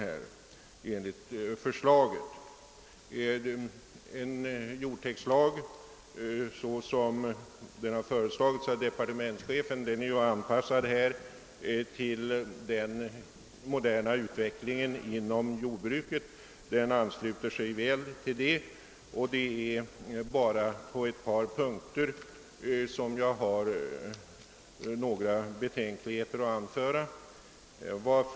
Den matjordstäktslag som föreslagits av departementschefen är ju anpassad till den moderna utvecklingen inom jordbruket, och det är bara på ett par punkter som jag har betänkligheter att anföra.